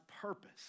purpose